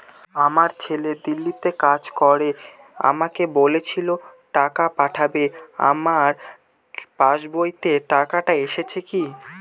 আমার ছেলে দিল্লীতে কাজ করে আমাকে বলেছিল টাকা পাঠাবে আমার পাসবইতে টাকাটা এসেছে কি?